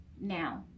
now